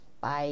Bye